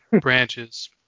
branches